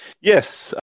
Yes